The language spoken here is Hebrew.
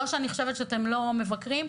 לא שאני חושבת שאתם לא מבקרים,